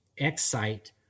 Excite